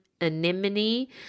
anemone